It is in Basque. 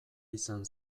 izan